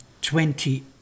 Twenty